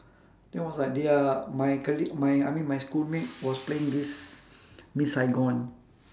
then was like they are my colleague my I mean my schoolmate was playing this miss saigon